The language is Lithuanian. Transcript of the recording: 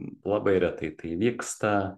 labai retai tai įvyksta